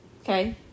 Okay